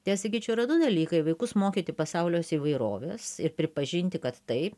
tai aš sakyčiau yra du dalykai vaikus mokyti pasaulio įvairovės ir pripažinti kad taip